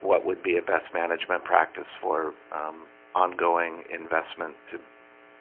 what would be a best management practice for ongoing? investment to